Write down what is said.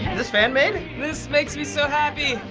this fan made? this makes me so happy.